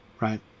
right